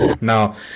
Now